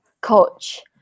coach